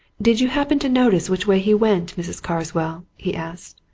did you happen to notice which way he went, mrs. carswell? he asked.